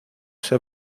ser